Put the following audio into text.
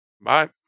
Bye